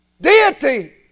Deity